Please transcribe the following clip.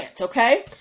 okay